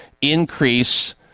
increase